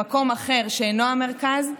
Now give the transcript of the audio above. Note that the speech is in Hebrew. במקום אחר שאינו המרכז,